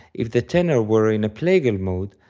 if the tenor were in a plagal mode,